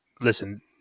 listen